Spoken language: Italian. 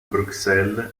bruxelles